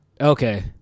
Okay